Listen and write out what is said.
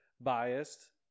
biased